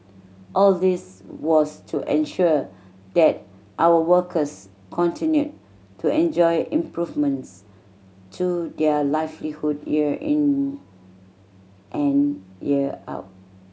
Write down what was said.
all this was to ensure that our workers continued to enjoy improvements to their livelihood year in and year out